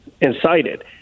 incited